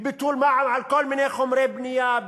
בביטול מע"מ על כל מיני חומרי בנייה,